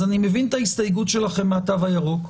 אז אני מבין את ההסתייגות שלכם מהתו הירוק,